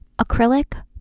Acrylic